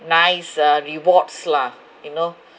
nice ah rewards lah you know